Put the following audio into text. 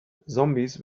zombies